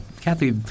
Kathy